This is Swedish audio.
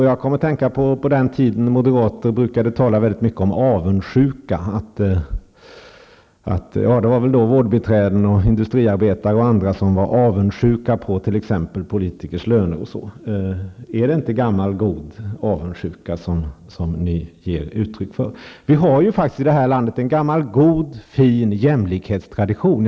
Jag kom att tänka på den tiden då moderaterna brukade tala mycket om avundsjuka. Det gällde väl vårdbiträden och industriarbetare bl.a. som var avundsjuka på t.ex. politikers löner. Är det inte gammal god avundsjukan som ni ger uttryck för? I det här landet har vi faktiskt en gammal god fin jämlikhetstradition.